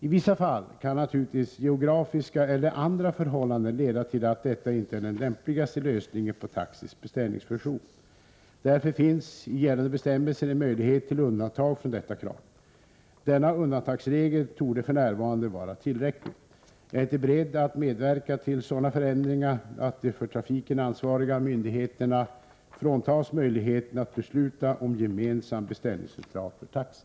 I vissa fall kan naturligtvis geografiska eller andra förhållanden leda till att detta inte är den lämpligaste lösningen på taxis beställningsfunktion. Därför finns i gällande bestämmelser en möjlighet till undantag från detta krav. Denna undantagsregel torde f.n. vara tillräcklig. Jag är inte beredd att medverka till sådana förändringar att de för trafiken ansvariga myndigheterna fråntas möjligheten att besluta om gemensam beställningscentral för taxi.